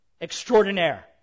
extraordinaire